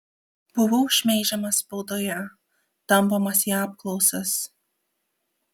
buvau šmeižiamas spaudoje tampomas į apklausas